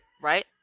right